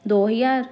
ਦੋ ਹਜ਼ਾਰ